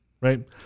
right